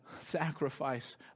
sacrifice